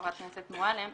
חברת הכנסת מועלם,